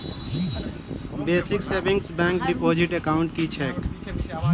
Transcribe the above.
Basic savings bank deposit account की छैक?